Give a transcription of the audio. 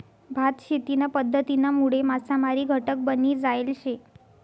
भात शेतीना पध्दतीनामुळे मासामारी घटक बनी जायल शे